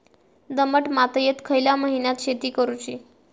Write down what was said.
दमट मातयेत खयल्या महिन्यात शेती करुची?